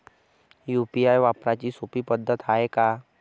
UPI वापराची सोपी पद्धत हाय का?